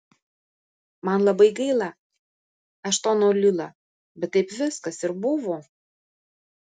man labai gaila eštono lila bet taip viskas ir buvo